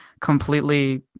completely